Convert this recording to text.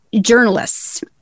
journalists